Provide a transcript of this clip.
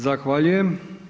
Zahvaljujem.